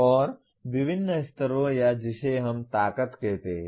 और विभिन्न स्तरों या जिसे हम ताकत कहते हैं